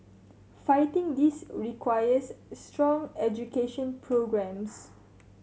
fighting this requires strong education programmes